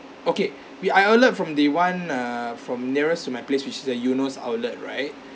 okay we I alert from the one err from nearest to my place which is the eunos outlet right